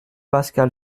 pascal